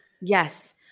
Yes